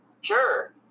sure